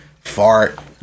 fart